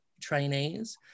trainees